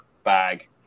bag